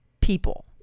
people